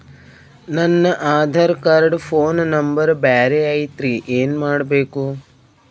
ನನ Aadhaar card phone number ಬ್ಯಾರೆ ಐತ್ರಿ ಏನ ಮಾಡಬೇಕು?